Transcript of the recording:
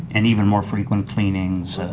and even more frequently cleanings.